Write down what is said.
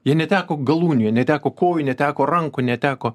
jie neteko galūnių jie neteko kojų neteko rankų neteko